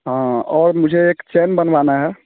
हाँ और मुझे एक चैन बनवाना है